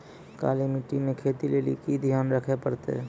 काली मिट्टी मे खेती लेली की ध्यान रखे परतै?